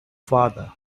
father